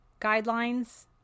guidelines